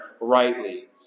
rightly